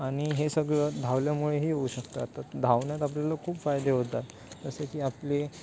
आणि हे सगळं धावल्यामुळेही होऊ शकतात तर धावण्यात आपल्याला खूप फायदे होतात जसे की आपले